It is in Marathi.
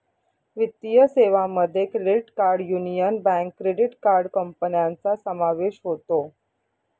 वित्तीय सेवांमध्ये credit card Union Bank credit card कंपन्यांचा समावेश होतो